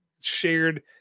shared